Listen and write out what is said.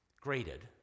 graded